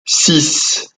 six